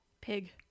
pig